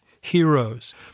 Heroes